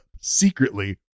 secretly